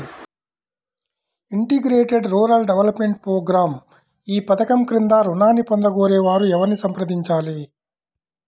Integrated rural development programme ఈ పధకం క్రింద ఋణాన్ని పొందగోరే వారు ఎవరిని సంప్రదించాలి?